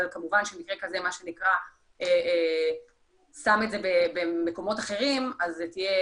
אבל כמובן שמקרה כזה שם את זה במקומות אחרים אז תהיה